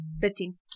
fifteen